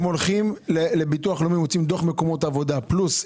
הם הולכים לביטוח לאומי ומוציאים דוח מקומות עבודה פלוס אישור,